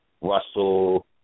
Russell